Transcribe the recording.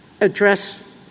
Address